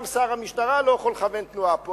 גם שר המשטרה לא יכול לכוון תנועה פה,